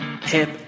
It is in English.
hip